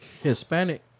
Hispanic